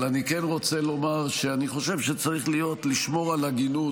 אבל אני כן רוצה לומר שאני חושב שצריך לשמור על הגינות